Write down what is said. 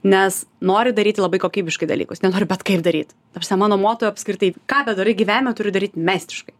nes noriu daryti labai kokybiškai dalykus nenoriu bet kaip daryt ta prasme mano moto apskritai ką bedarai gyvenime turi daryt meistriškai